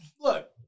look